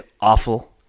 awful